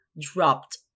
dropped